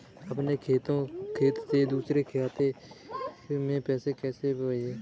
अपने खाते से दूसरे के खाते में पैसे को कैसे भेजे?